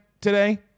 today